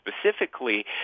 specifically